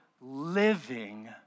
living